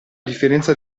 differenza